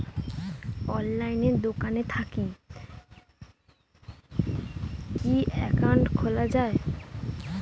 অনলাইনে দোকান থাকি কি একাউন্ট খুলা যায়?